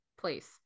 place